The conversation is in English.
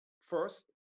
first